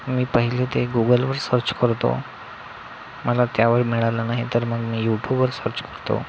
मी पहिले ते गुगलवर सर्च करतो मला त्यावर मिळालं नाही तर मग मी यूटूबवर सर्च करतो